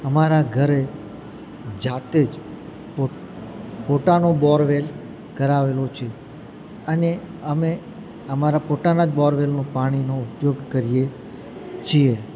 અમારા ઘરે જાતે જ પો પોતાનો બોરવેલ કરાવેલો છે અને અમે અમારા પોતાના જ બોરવેલનું પાણીનો ઉપયોગ કરીએ છીએ